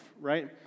right